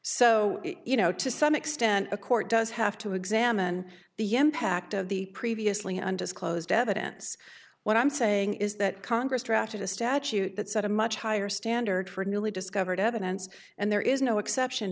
so you know to some extent a court does have to examine the yen packed of the previously undisclosed evidence what i'm saying is that congress drafted a statute that set a much higher standard for newly discovered evidence and there is no exception